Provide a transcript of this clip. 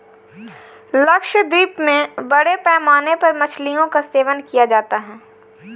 लक्षद्वीप में बड़े पैमाने पर मछलियों का सेवन किया जाता है